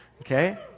Okay